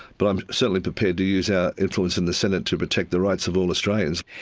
but i'm certainly prepared to use our influence in the senate to protect the rights of all australians.